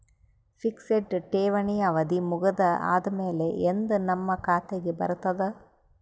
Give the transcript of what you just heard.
Fixed ಠೇವಣಿ ಅವಧಿ ಮುಗದ ಆದಮೇಲೆ ಎಂದ ನಮ್ಮ ಖಾತೆಗೆ ಬರತದ?